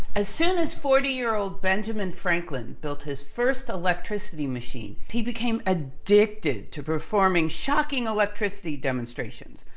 as soon as forty year old benjamin franklin built his first electricity machine, he became addicted to performing shocking electricity demonstrations,